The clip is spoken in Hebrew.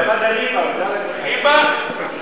זה כל ההבדל, אם תקשיב עד הסוף.